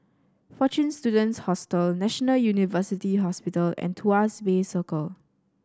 Fortune Students Hostel National University Hospital and Tuas Bay Circle